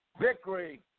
Victory